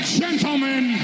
gentlemen